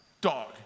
Dog